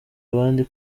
abandi